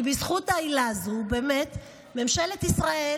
כי בזכות העילה הזו ממשלת ישראל